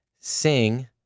sing